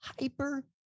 hyper